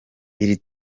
iri